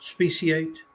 speciate